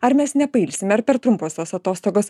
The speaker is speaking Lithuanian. ar mes nepailsim ar per trumpos tos atostogos